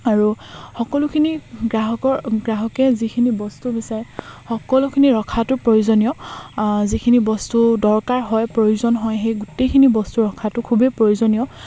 আৰু সকলোখিনি গ্ৰাহকৰ গ্ৰাহকে যিখিনি বস্তু বিচাৰে সকলোখিনি ৰখাটো প্ৰয়োজনীয় যিখিনি বস্তু দৰকাৰ হয় প্ৰয়োজন হয় সেই গোটেইখিনি বস্তু ৰখাটো খুবেই প্ৰয়োজনীয়